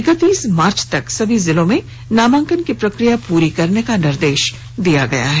इकतीस मार्च तक सभी जिलों में नामांकन की प्रक्रिया पूरी करने का निर्देश दिया गया है